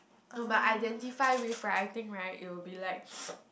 oh but identify with right I think right it will be like